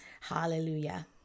Hallelujah